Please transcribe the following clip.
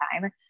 time